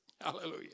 hallelujah